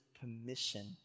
permission